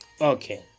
Okay